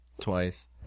twice